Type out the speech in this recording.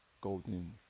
golden